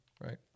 Right